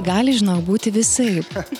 gali žinoma būti visaip